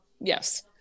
Yes